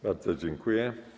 Bardzo dziękuję.